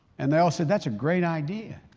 and they all said that's a great idea.